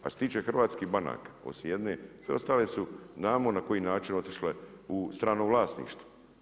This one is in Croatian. A što se tiče hrvatskih banaka osim jedne, sve ostale su znamo na koji način otišle u strano vlasništvo.